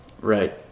Right